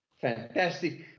fantastic